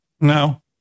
No